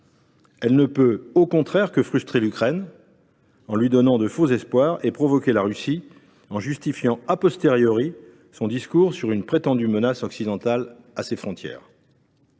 Elle ne peut, au contraire, que frustrer l’Ukraine, en lui donnant de faux espoirs, et provoquer la Russie en justifiant son discours sur une prétendue menace occidentale à ses frontières.